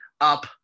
up